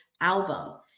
album